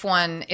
one